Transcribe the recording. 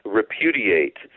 repudiate